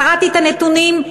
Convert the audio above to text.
וקראתי את הנתונים,